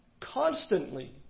constantly